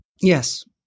Yes